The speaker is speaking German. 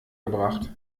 gebracht